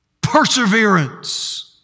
Perseverance